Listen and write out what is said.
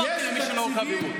לא העברתי למי שלא בקו העימות.